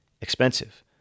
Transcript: expensive